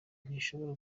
ntishobora